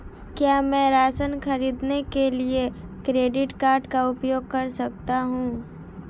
क्या मैं राशन खरीदने के लिए क्रेडिट कार्ड का उपयोग कर सकता हूँ?